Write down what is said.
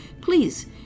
please